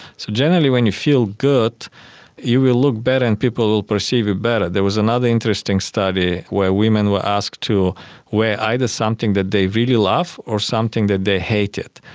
so generally when you feel good you will look better and people will perceive you better. there was another interesting study where women were asked to wear either something that they really love or something that they hated.